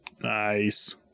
Nice